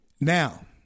Now